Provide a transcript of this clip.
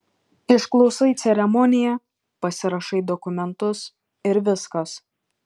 išklausai ceremoniją pasirašai dokumentus ir viskas